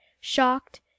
Shocked